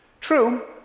True